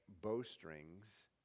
bowstrings